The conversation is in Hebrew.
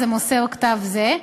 מוסר כתב זה,